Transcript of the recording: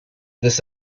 this